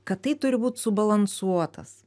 kad tai turi būt subalansuotas